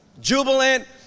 jubilant